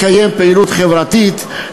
לקיים פעילות חברתית,